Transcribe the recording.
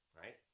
Right